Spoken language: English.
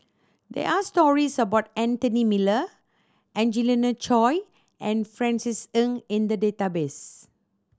there are stories about Anthony Miller Angelina Choy and Francis Ng in the database